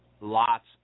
lots